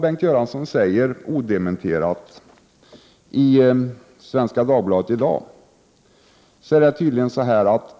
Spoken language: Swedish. Bengt Göransson säger, odementerat, i Svenska Dagbladet i dag att